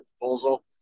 proposal